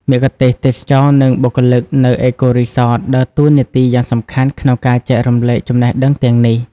មគ្គុទ្ទេសក៍ទេសចរណ៍ និងបុគ្គលិកនៅ អេកូរីសត ដើរតួនាទីយ៉ាងសំខាន់ក្នុងការចែករំលែកចំណេះដឹងទាំងនេះ។